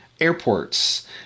airports